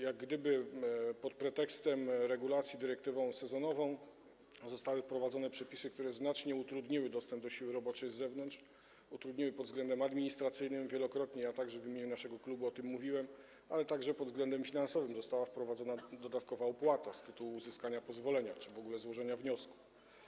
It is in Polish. Jak gdyby pod pretekstem regulacji tego dyrektywą sezonową zostały wprowadzone przepisy, które znacznie utrudniły dostęp do siły roboczej z zewnątrz, utrudniły pod względem administracyjnym - wielokrotnie o tym mówiłem, także w imieniu naszego klubu - ale również pod względem finansowym, gdyż została wprowadzona dodatkowa opłata z tytułu uzyskania pozwolenia czy w ogóle złożenia wniosku.